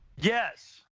Yes